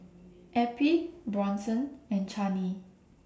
Eppie Bronson and Chaney